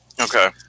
Okay